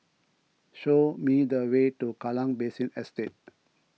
show me the way to Kallang Basin Estate